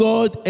God